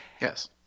Yes